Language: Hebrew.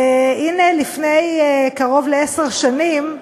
והנה, לפני קרוב לעשר שנים,